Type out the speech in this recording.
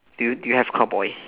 do you do you have car boy